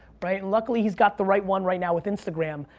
right? luckily he's got the right one right now with instagram,